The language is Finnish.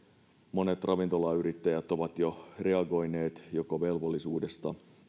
monet ravintolayrittäjät ovat jo reagoineet joko velvollisuudesta